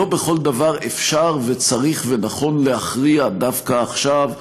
לא בכל דבר אפשר וצריך ונכון להכריע דווקא עכשיו,